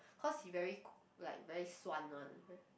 cause he very like very suan one